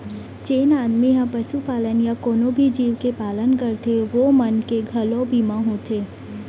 जेन आदमी ह पसुपालन या कोनों भी जीव के पालन करथे ओ मन के घलौ बीमा होथे